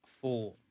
four